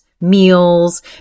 meals